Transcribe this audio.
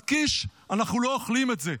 אז, קיש, אנחנו לא אוכלים את זה.